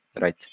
right